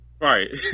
right